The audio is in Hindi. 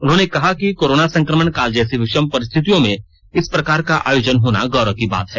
उन्होंने कहा कि कोरोन संकमण काल जैसी विषम परिस्थितियों में इस प्रकार का आयोजन होना गौरव की बात है